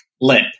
lip